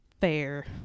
fair